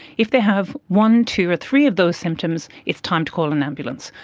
if they have one, two or three of those symptoms, it's time to call an ambulance.